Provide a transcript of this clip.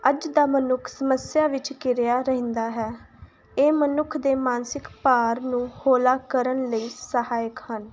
ਅੱਜ ਦਾ ਮਨੁੱਖ ਸਮੱਸਿਆ ਵਿੱਚ ਘਿਰਿਆ ਰਹਿੰਦਾ ਹੈ ਇਹ ਮਨੁੱਖ ਦੇ ਮਾਨਸਿਕ ਭਾਰ ਨੂੰ ਹੌਲਾ ਕਰਨ ਲਈ ਸਹਾਇਕ ਹਨ